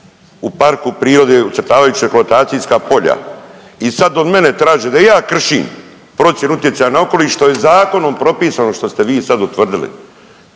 u parku prirode ucrtavajući eksploatacijska polja i sad od mene traži da i ja kršim procjenu utjecaja na okoliš što je zakonom propisano što ste vi sad utvrdili.